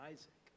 Isaac